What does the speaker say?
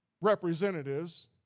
representatives